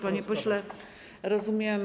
Panie pośle, rozumiem.